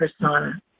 persona